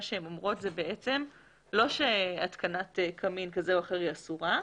אומרות שהתקנת קמין כזה או אחר היא אסורה,